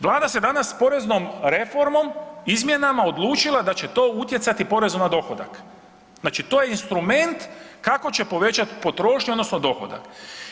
Vlada se danas poreznom reformom, izmjenama, odlučila da će to utjecati porezu na dohodak, znači to je instrument kako će povećati potrošnju odnosno dohodak.